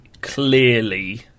clearly